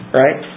right